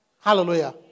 Hallelujah